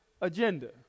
agenda